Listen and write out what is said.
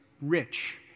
rich